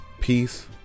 peace